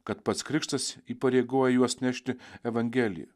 kad pats krikštas įpareigoja juos nešti evangeliją